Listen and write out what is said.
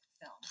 film